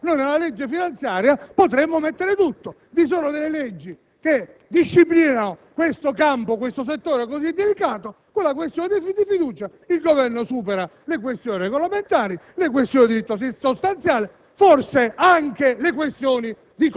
Se il Governo potesse fare tutto, noi nella legge finanziaria potremmo mettere tutto. Vi sono delle leggi che disciplinano questo settore così delicato, ma con la questione di fiducia il Governo supererebbe le questioni regolamentari, le questioni sostanziali